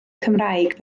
cymraeg